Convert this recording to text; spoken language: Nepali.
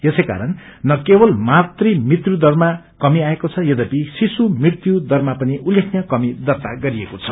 यसैकारण न केवल मातृ मृत्युदरमा कमी आएको छ यद्यपि शिश्रु मृत्यु दरमा पनि उल्लेखनीय कमी दर्ता गरिएको छ